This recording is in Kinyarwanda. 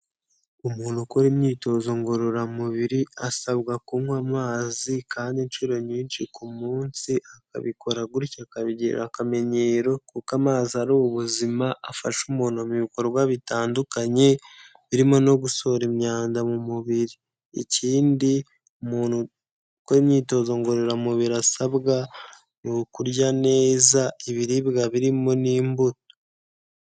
Umuntu ukora imyitozo ngororamubiri asabwa kunywa amazi kandi inshuro nyinshi ku munsi akabikora gutyo akabigira akamenyero, kuko amazi ari ubuzima afasha umuntu mu bikorwa bitandukanye, birimo no gusohora imyanda mu mubiri. Ikindi umuntu ukora imyitozo ngororamubiri asabwa, ni ukurya neza ibiribwa birimo n'imbuto.